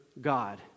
God